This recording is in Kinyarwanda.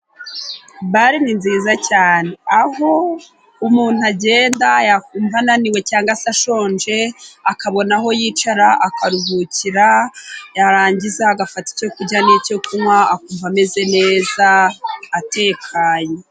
Bare ni nziza cyane, aho umuntu agenda yakumva ananiwe cyangwa se ashonje, akabona aho yicara akaharuhukira yarangiza agafata icyo kurya n'icyo kunywa, akumva ameze neza atekanye.